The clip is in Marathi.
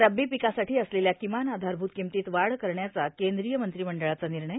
रब्बी पिकासाठी असलेल्या किमान आधारभूत किमतीत वाढ करण्याचा केंद्रीय मंत्रिमंडळाचा निर्णय